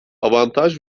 avantaj